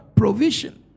provision